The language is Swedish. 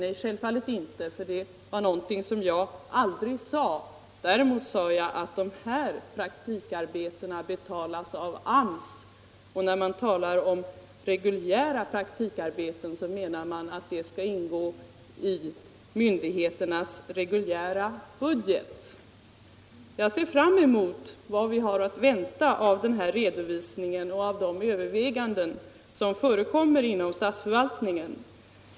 Nej, självfallet inte, för det är någonting som jag aldrig sade. Däremot sade jag att de här praktikarbetena betalas av AMS, och när man talar om reguljära praktikarbeten menar man att de skall ingå i myndigheternas reguljära budget. Jag ser fram emot vad vi har att vänta av den här redovisningen och av de överväganden som förekommer inom statsförvaltningen.